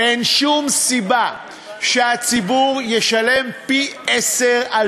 אין שום סיבה שהציבור ישלם פי-עשרה על